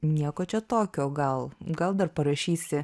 nieko čia tokio gal gal dar parašysi